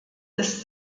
ist